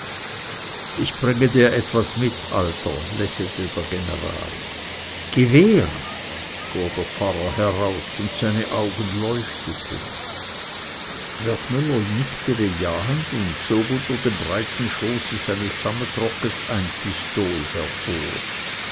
ich bringe dir etwas mit alter lächelte der general gewehr fuhr der pfarrer heraus und seine augen leuchteten wertmüller nickte bejahend und zog unter dem breiten schoße seines sammetrockes ein pistol hervor